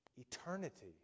eternity